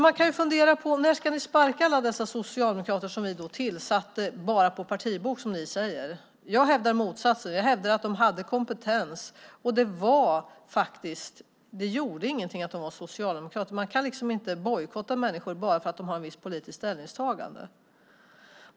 Man kan ju fundera på detta. När ska ni sparka alla dessa socialdemokrater som vi tillsatte bara på grund av partiboken, som ni säger? Jag hävdar motsatsen. Jag hävdar att de hade kompetens, och det gjorde inget att de var socialdemokrater. Man kan inte bojkotta människor bara för att de gör ett visst politiskt ställningstagande.